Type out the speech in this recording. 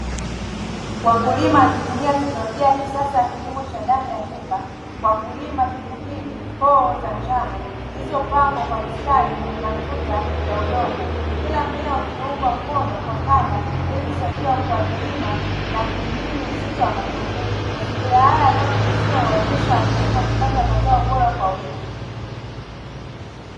Wakulima wakitumia teknolojia ya kisasa ya kilimo cha ndani ya nyumba, kwa kulima pilipili, hoho za njano zilizopangwa kwa mistari kwenye matuta ya udongo, kila mmea ukiungwa mkono kwa kamba ili kusaidia ukuaji wima na kuhimili uzito wa matunda. Mazingira haya yanayodhibitiwa huwawezesha wakulima kupata mazao bora kwa wingi.